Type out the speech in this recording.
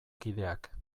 kideak